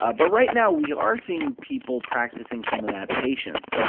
ah but right now, we are seeing people practicing some of that patience.